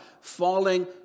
falling